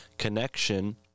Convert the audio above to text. connection